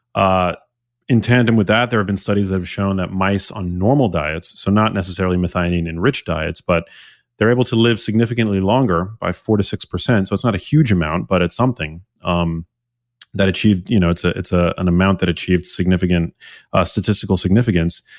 ah in tandem with that, there have been studies have shown that mice on normal diets, so not necessarily methionine and rich diets, but they're able to live significantly longer by four to six percent. so it's not a huge amount, but it's something. um you know it's ah it's ah an amount that achieved significant statistical significance,